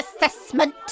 assessment